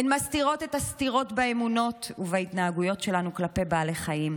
הן מסתירות את הסתירות באמונות ובהתנהגויות שלנו כלפי בעלי חיים,